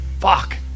fuck